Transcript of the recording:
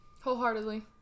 wholeheartedly